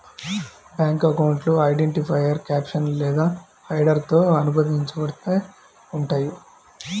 bank అకౌంట్లు identifier caption లేదా హెడర్తో అనుబంధించబడి ఉంటయ్యి